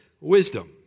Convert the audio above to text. wisdom